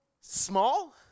small